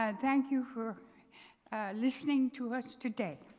ah thank you for listening to us today.